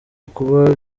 ukuba